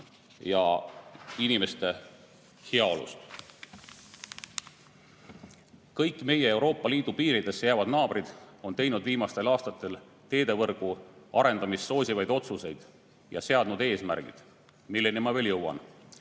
ja inimeste heaolust? Kõik meie Euroopa Liidu piiridesse jäävad naabrid on teinud viimastel aastatel teevõrgu arendamist soosivaid otsuseid ja seadnud eesmärgid, milleni ma veel jõuan.